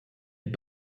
est